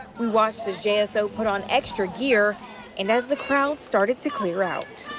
why says jso ah so put on extra here and as the count started to clear out.